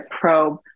probe